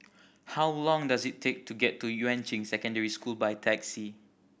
how long does it take to get to Yuan Ching Secondary School by taxi